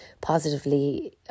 positively